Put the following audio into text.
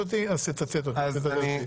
התשפ"ב 2021 (פ/2871/24),